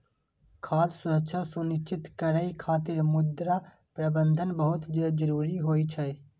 खाद्य सुरक्षा सुनिश्चित करै खातिर मृदा प्रबंधन बहुत जरूरी होइ छै